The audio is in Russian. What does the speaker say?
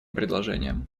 предложением